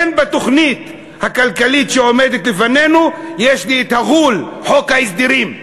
הן בתוכנית הכלכלית שעומדת לפנינו יש לי את ה"ע'ול" חוק ההסדרים.